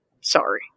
Sorry